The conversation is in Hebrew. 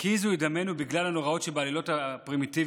הקיזו את דמנו בגלל הנוראות שבעלילות הפרימיטיביות,